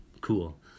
cool